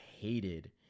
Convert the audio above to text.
hated